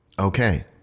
Okay